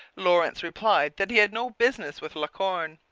lawrence replied that he had no business with la corne,